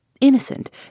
Innocent